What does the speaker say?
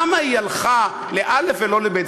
למה היא הלכה לא' ולא לב'?